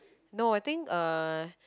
no I think uh